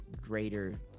greater